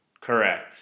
Correct